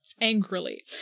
angrily